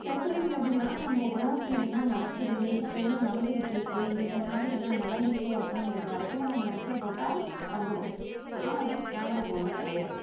facility எப்படின்னா நம்ம உலகத்தில் என்ன நடக்குது இப்போ என்ன நடந்துக்கிட்டுருக்கு இதுக்கு முன்னாடி என்ன நடந்துச்சு அப்படிங்கிறது வரைக்கும் நம்ம நெட்டில் போட்டால் வந்துடும் ஆனால் அது கேமரா ஃபோனில் கிடையாது